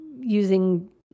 using